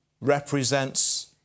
represents